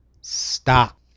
stop